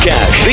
Cash